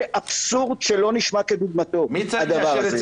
זה אבסורד שלא נשמע כדוגמתו הדבר הזה.